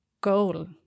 goal